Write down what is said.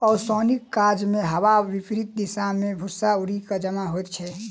ओसौनीक काजमे हवाक विपरित दिशा मे भूस्सा उड़ि क जमा होइत छै